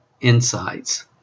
insights